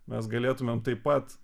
mes galėtumėm taip pat